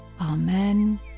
amen